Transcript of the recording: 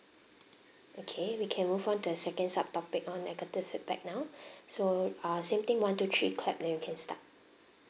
okay we can move on to the second subtopic on negative feedback now so ah same thing one two three clap then you can start